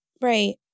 Right